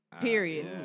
Period